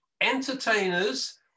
entertainers